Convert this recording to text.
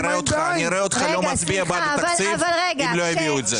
נראה אותך לא מצביע בעד התקציב אם לא הביאו את זה.